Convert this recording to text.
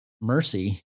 mercy